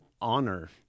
honor